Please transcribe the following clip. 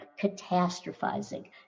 catastrophizing